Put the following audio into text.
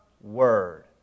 Word